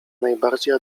najbardziej